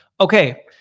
Okay